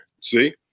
See